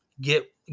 Get